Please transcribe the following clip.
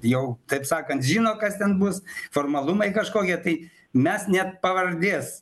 jau taip sakant žino kas ten bus formalumai kažkokie tai mes net pavardės